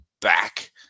back